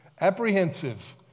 apprehensive